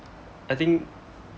I think